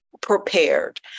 prepared